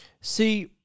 See